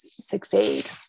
succeed